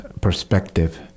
perspective